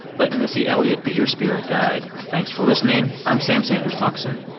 let missy elliott be your spirit guide. thanks for listening. i'm sam sanders. talk soon